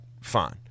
fine